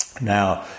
Now